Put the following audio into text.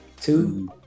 Two